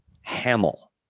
Hamill